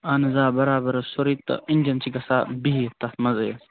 اہن حظ آ بَرابر حظ چھُ سورٕے اِنٛجن چھِ گَژھان بیٚہتھ تَتھ منٛزے